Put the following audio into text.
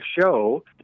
show